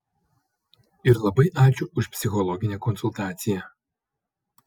ir labai ačiū už psichologinę konsultaciją